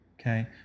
okay